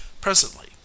presently